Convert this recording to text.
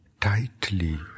tightly